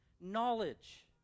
knowledge